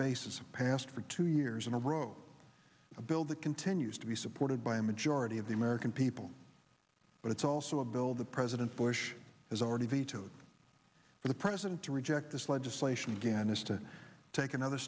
basis a passed for two years in a row a bill that continues to be supported by a majority of the american people but it's also a bill the president bush has already vetoed the president to reject this legislation again is to take another